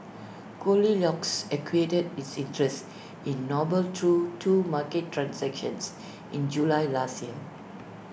goldilocks acquired its interest in noble through two market transactions in July last year